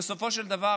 ובסופו של דבר,